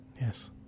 Yes